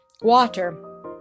water